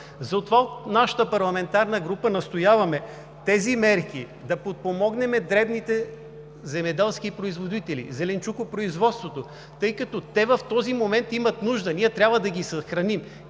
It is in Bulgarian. Затова от нашата парламентарна група настояваме за тези мерки – да подпомогнем дребните земеделски производители, зеленчукопроизводството, тъй като те в този момент имат нужда, ние трябва да ги съхраним.